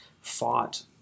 fought